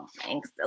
thanks